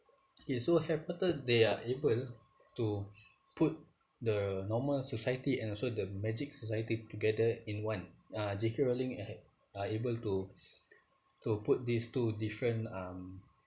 K so harry potter they are able to put the normal society and also the magic society together in one uh J K rowling are are able to to put these two different um